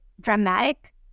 dramatic